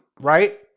right